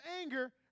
anger